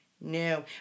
No